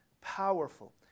powerful